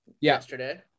yesterday